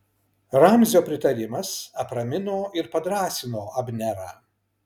ramzio pritarimas apramino ir padrąsino abnerą